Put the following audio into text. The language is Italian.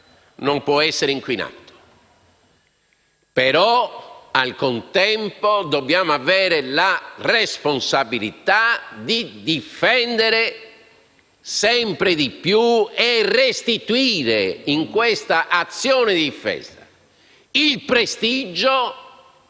non può essere inquinato. Al contempo, però, dobbiamo avere la responsabilità di difendere sempre di più e restituire, in quest'azione di difesa, il prestigio